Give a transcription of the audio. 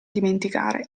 dimenticare